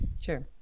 Sure